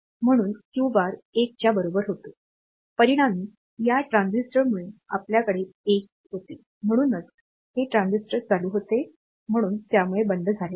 म्हणून Q bar 1 च्या बरोबर होता परिणामी या ट्रान्झिस्टरमुळे आपल्याकडे 1 होते म्हणूनच हे ट्रांजिस्टर चालू होते म्हणून त्यामुळे बंद झाले नाही